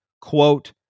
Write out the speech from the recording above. quote